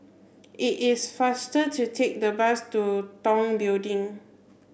it is faster to take the bus to Tong Building